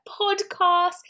podcast